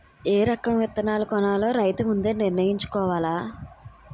ఏ రకం విత్తనాలు కొనాలో రైతు ముందే నిర్ణయించుకోవాల